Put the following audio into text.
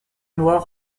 noir